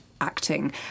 acting